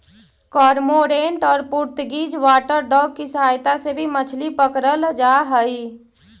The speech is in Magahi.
कर्मोंरेंट और पुर्तगीज वाटरडॉग की सहायता से भी मछली पकड़रल जा हई